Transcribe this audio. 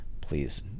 please